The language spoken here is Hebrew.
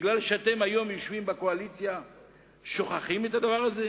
בגלל שהיום אתם יושבים בקואליציה שוכחים את הדבר הזה